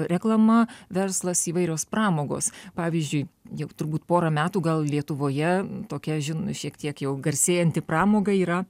reklama verslas įvairios pramogos pavyzdžiui jau turbūt porą metų gal lietuvoje tokia žin šiek tiek jau garsėjanti pramoga yra